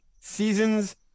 seasons